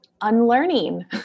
unlearning